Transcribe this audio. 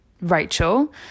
Rachel